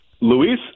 Luis